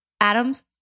Adam's